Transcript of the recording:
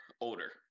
Older